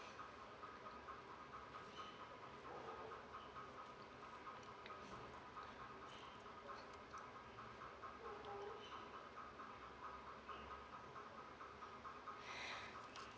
okay I see